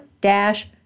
dash